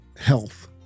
health